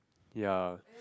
ya